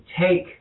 take